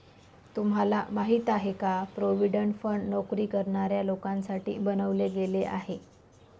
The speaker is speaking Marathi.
तुम्हाला माहिती आहे का? प्रॉव्हिडंट फंड नोकरी करणाऱ्या लोकांसाठी बनवले गेले आहे